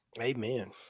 Amen